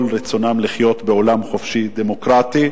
כל רצונם לחיות בעולם חופשי דמוקרטי,